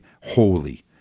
holy